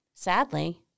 Sadly